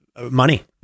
money